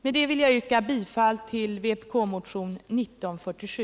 Med detta yrkar jag bifall till vpk-motionen 1947.